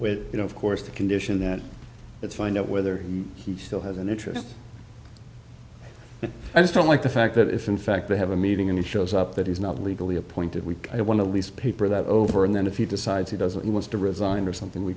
with you know of course the condition that it find out whether he still has an interest i just don't like the fact that if in fact they have a meeting and it shows up that is not legally appointed we want to lease paper that over and then if he decides he doesn't want to resign or something we